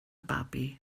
babi